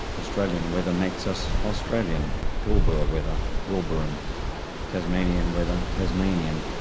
australian weather makes us australian pilbara weather, pilbaran tasmanian weather tasmanian,